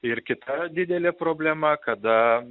ir kita didelė problema kada